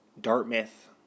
Dartmouth